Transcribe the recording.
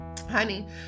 honey